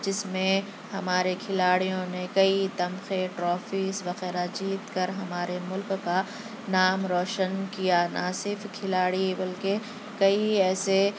جس میں ہمارے کھلاڑیوں نے کئی تمقے ٹرافیز وغیرہ جیت کر ہمارے مُلک کا نام روشن کیا نہ صرف کھلاڑی بلکہ کئی ایسے